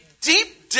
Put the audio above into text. deep